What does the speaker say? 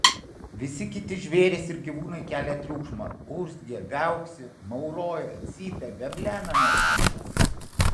visi kiti žvėrys ir gyvūnai kelia triukšmą urzgia viauksi mauroja cypia veblena nesąmones